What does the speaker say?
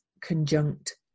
conjunct